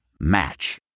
Match